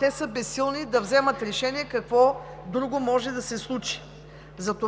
те са безсилни да вземат решение какво друго може да се случи.